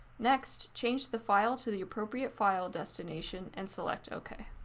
next, change the file to the appropriate file destination and select ok.